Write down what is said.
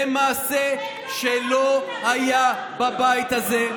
זה מעשה שלא היה בבית הזה.